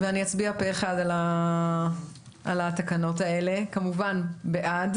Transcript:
אני אצביע פה אחד על התקנות האלה, כמובן בעד.